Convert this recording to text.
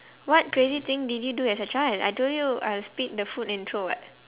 what crazy thing did you do as a child I told you I'll spit the food and throw [what]